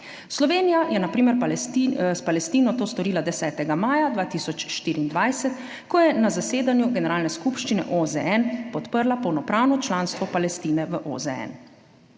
Slovenija je na primer s Palestino to storila 10. maja 2024, ko je na zasedanju Generalne skupščine OZN podprla polnopravno članstvo Palestine v OZN.